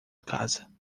casa